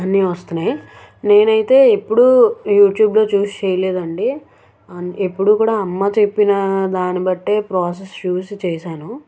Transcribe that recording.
అన్నీ వస్తున్నాయి నేనయితే ఎప్పుడూ యూట్యూబ్లో చూసి చేయలేదండి ఎప్పుడూ కూడా అమ్మ చెప్పినా దాని బట్టే ప్రోసెస్ చూసి చేశాను